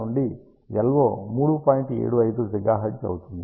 75 GHz అవుతుంది